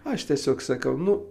aš tiesiog sakau nu